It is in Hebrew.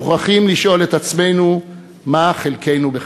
מוכרחים לשאול את עצמנו מה חלקנו בכך.